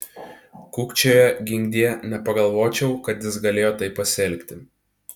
kukčioja ginkdie nepagalvočiau kad jis galėjo taip pasielgti